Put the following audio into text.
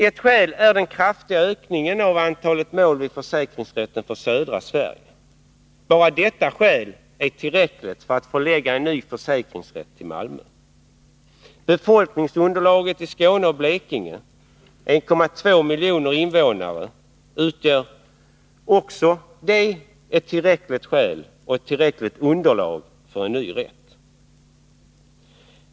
Enbart den kraftiga ökningen av antalet mål vid försäkringsrätten för södra Sverige utgör ett tillräckligt skäl för att förlägga en ny försäkringsrätt till Malmö. Befolkningsunderlaget i Skåne och Blekinge, 1,2 miljoner invånare, är mer än tillräckligt för en ny rätt.